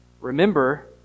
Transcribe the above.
remember